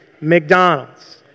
McDonald's